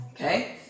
Okay